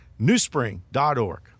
newspring.org